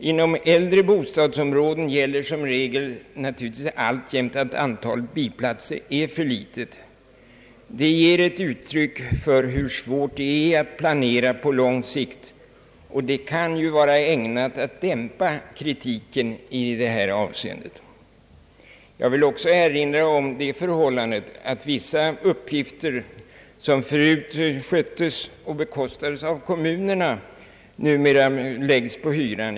Inom äldre bostadsområden gäller naturligtvis alltjämt som regel att antalet bilplatser är för litet. Detta ger ett uttryck för hur svårt det är att planera på lång sikt och kan vara ägnat att dämpa kritiken i detta avseende. Jag vill också erinra om det förhållandet att vissa uppgifter som förut sköttes och bekostades av kommunerna numera läggs på hyran.